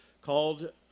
called